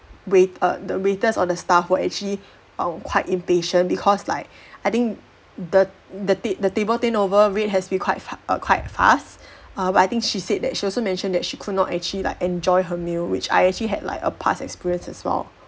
wait~ err the waiters or the staff were actually err quite impatient because like I think the the ta~ the table turnover rate has been quite uh quite fast ah but I think she said that she also mentioned that she could not actually like enjoy her meal which I actually had like a past experiences as well